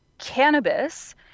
Cannabis